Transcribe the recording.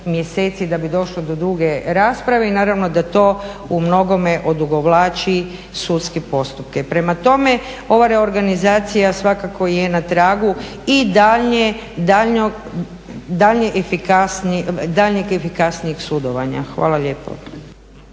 da bi došlo do druge rasprave i naravno da to umnogome odugovlači sudske postupke. Prema tome, ova reorganizacija svakako je na tragu i daljnjeg efikasnijeg sudovanja. Hvala lijepo.